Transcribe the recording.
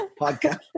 podcast